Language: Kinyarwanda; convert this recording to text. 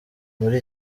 muri